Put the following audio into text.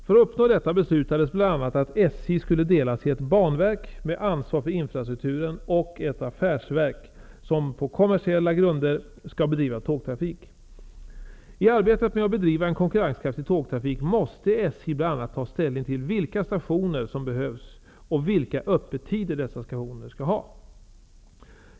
För att uppnå detta beslutades bl.a. att SJ skulle delas i ett banverk med ansvar för infrastrukturen och ett affärsverk som på kommersiella grunder skall bedriva tågtrafik. I arbetet med att bedriva en konkurrenskraftig tågtrafik måste SJ bl.a. ta ställning till vilka stationer som behövs och vilka öppettider dessa stationer skall ha.